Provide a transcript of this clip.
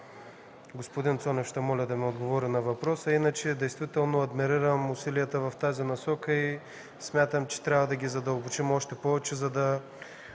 господин Цонев да ми отговори на въпроса. Иначе адмирирам усилията в тази насока и смятам, че трябва да ги задълбочим още повече, за да